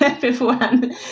beforehand